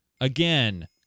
again